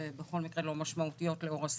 ובכל מקרה לא משמעותיות לאור הסיכון.